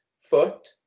foot